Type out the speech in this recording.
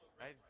Right